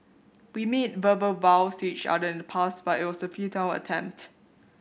we made verbal vows to each other in the past but it was a futile attempt